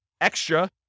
extra